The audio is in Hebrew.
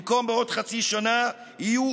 במקום בעוד חצי שנה יהיו,